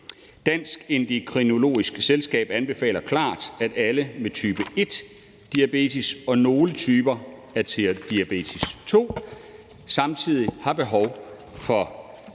Dansk Endokrinologisk Selskab anbefaler klart, at alle med type 1-diabetes og nogle typer af diabetes 2, der samtidig har behov for